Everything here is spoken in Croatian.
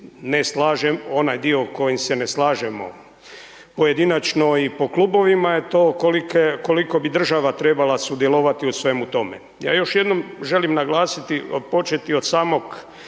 ne slažem, onaj dio s kojim se ne slažemo pojedinačno i po klubovima je to koliko bi država trebala sudjelovati u svemu tome. Ja još jednom želim naglasiti, početi od samog